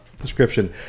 description